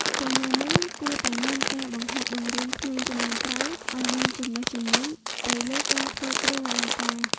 យ៉ាងណាមិញ គួរតែមានការបង្ហាត់បង្រៀនក្មេងជំនាន់ក្រោយឲ្យមានចំណេះជំនាញ់ទៅលើការធ្វើគ្រឿងអលង្ការ។